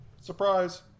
Surprise